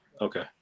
okay